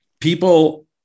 people